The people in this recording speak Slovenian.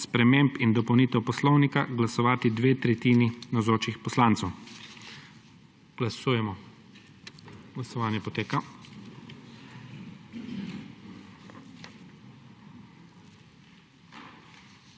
sprememb in dopolnitev Poslovnika glasovati dve tretjini navzočih poslancev. Glasujemo. Navzočih